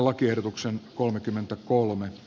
arvoisa puhemies